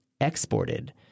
exported